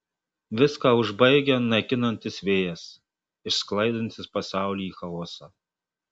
viską užbaigia naikinantis vėjas išsklaidantis pasaulį į chaosą